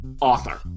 author